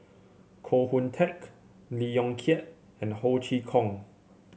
Koh Hoon Teck Lee Yong Kiat and Ho Chee Kong